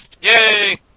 Yay